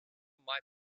mike